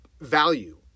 value